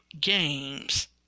games